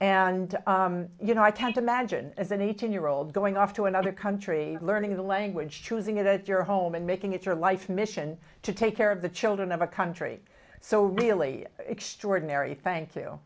and you know i tend to magine as an eighteen year old going off to another country learning the language choosing it at your home and making it your life's mission to take care of the children of a country so really extraordinary thing to